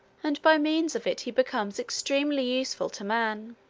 and by means of it he becomes extremely useful to man.